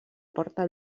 porta